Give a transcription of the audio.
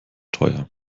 teuer